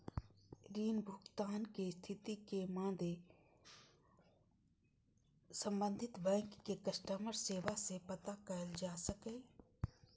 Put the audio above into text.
ऋण भुगतान के स्थिति के मादे संबंधित बैंक के कस्टमर सेवा सं पता कैल जा सकैए